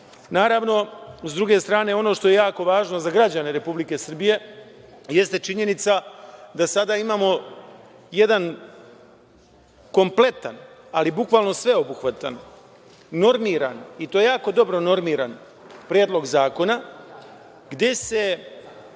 ništa. Naravno, s druge strane, ono što je jako važno za građane Republike Srbije, jeste činjenica da sada imamo jedan kompletan, ali bukvalno sveobuhvatan, normiran i to jako dobro normiran Predlog zakona, gde se